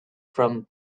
from